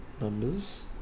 numbers